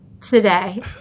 today